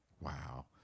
Wow